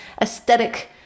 aesthetic